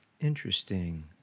interesting